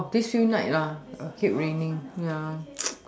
this few night lah keep raining ya